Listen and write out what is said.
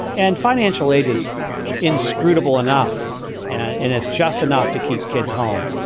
and financial aid is inscrutable enough and it's just enough to keep kids home.